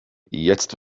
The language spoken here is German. jetzt